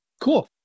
Cool